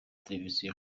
televiziyo